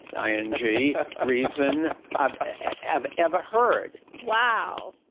i n g reason i have ever heard wow.